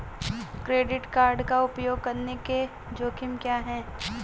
Credit card का उपयोग करने के जोखिम क्या हैं?